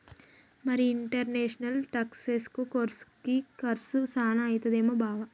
మరి ఇంటర్నేషనల్ టాక్సెసను కోర్సుకి కర్సు సాన అయితదేమో బావా